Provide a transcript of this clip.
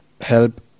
help